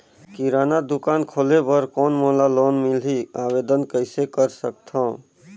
किराना दुकान खोले बर कौन मोला लोन मिलही? आवेदन कइसे कर सकथव?